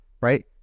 right